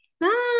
bye